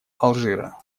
алжира